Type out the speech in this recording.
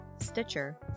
Stitcher